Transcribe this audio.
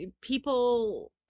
people